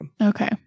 okay